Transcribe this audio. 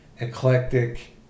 eclectic